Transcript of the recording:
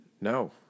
No